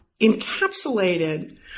encapsulated